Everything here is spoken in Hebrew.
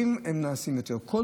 נעשים יותר עיכובים.